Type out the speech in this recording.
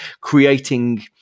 creating